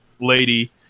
lady